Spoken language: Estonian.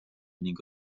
ning